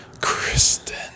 Kristen